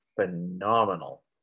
phenomenal